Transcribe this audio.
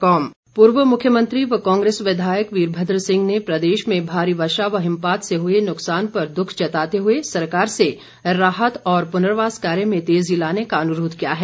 वीरमद्र पूर्व मुख्यमंत्री व कांग्रेस विधायक वीरमद्र सिंह ने प्रदेश में भारी वर्षा व हिमपात से हुए नुकसान पर दुख जताते हुए सरकार से राहत व पूर्नवास कार्य में तेजी लाने का अनुरोध किया है